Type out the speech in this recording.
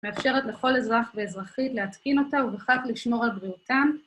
מאפשרת לכל אזרח ואזרחית להתקין אותה ובכך לשמור על בריאותם.